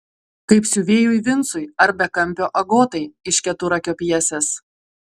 kaip siuvėjui vincui ar bekampio agotai iš keturakio pjesės